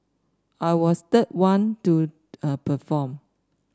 I was third one to a perform